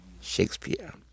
Shakespeare